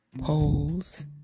poles